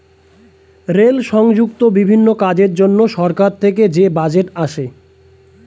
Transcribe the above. rail সংযুক্ত বিভিন্ন কাজের জন্য সরকার থেকে যে বাজেট আসে